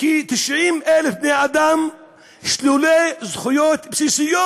כ-90,000 בני אדם משוללי זכויות בסיסיות.